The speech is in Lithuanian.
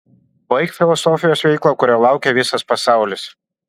baik filosofijos veikalą kurio laukia visas pasaulis